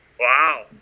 Wow